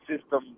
system